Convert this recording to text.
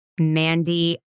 Mandy